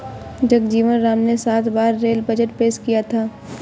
जगजीवन राम ने सात बार रेल बजट पेश किया था